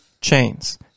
chains